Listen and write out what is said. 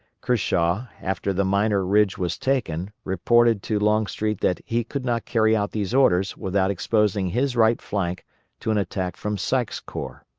kershaw, after the minor ridge was taken, reported to longstreet that he could not carry out these orders without exposing his right flank to an attack from sykes' corps.